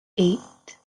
eight